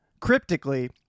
cryptically